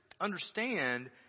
understand